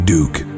Duke